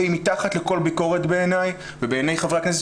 והיא מתחת לכל ביקורת בעיניי ובעיניי חברי הכנסת.